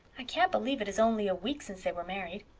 i can't believe it is only a week since they were married.